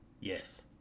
Yes